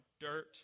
dirt